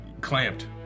clamped